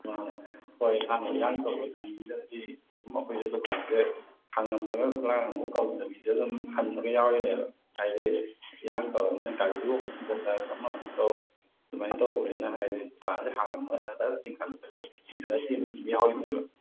ꯑ ꯍꯣꯏ ꯍꯥꯟꯅ ꯏꯔꯥꯡ ꯇꯧꯕ ꯇꯥꯏꯃꯤꯡꯗꯨꯗꯗꯤ ꯃꯈꯣꯏꯁꯦ ꯗꯨꯀꯥꯟꯁꯦ ꯍꯥꯡꯉꯝꯃꯒ ꯈꯨꯂꯥꯡꯒꯪꯐꯥꯎ ꯀꯧꯗꯕꯤꯗ ꯑꯗꯨꯝ ꯍꯟꯕꯒ ꯌꯥꯎꯔꯤꯅꯦꯕ ꯍꯥꯏꯗꯤ ꯏꯔꯥꯡ ꯇꯧꯔꯕꯅꯤꯅ ꯀꯥꯔꯐ꯭ꯌꯨ ꯑꯃꯨꯛ ꯊꯝꯖꯜꯂꯛ ꯑꯃꯃꯨꯛ ꯇꯧ ꯑꯗꯨꯃꯥꯏꯅ ꯇꯧꯕꯅꯤꯅ ꯍꯥꯏꯗꯤ ꯗꯨꯀꯥꯟꯁꯦ ꯍꯥꯡꯉꯝꯃꯒ ꯁꯇꯔꯁꯦ ꯆꯤꯡꯈꯠꯂꯃꯒ ꯆꯤꯡꯊꯔꯥ ꯆꯦꯟꯕꯁꯨ ꯌꯥꯎꯔꯤꯅꯦꯕ